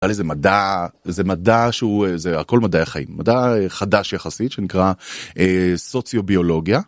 איזה מדע זה מדע שהוא איזה הכל מדעי חיים מדע חדש יחסית שנקרא סוציו ביולוגיה.